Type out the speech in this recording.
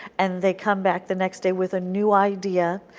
and they come back the next day with a new idea,